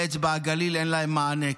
באצבע הגליל אין להם מענה.